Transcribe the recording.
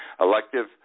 elective